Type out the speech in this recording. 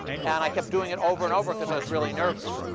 and i kept doing it over and over, because i was really nervous.